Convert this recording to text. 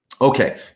Okay